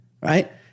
right